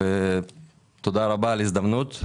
תודה רבה על ההזדמנות,